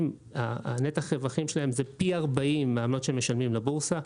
נתח הרווחים שלהם הוא פי 40 מהעמלות שהם משלמים לבורסה.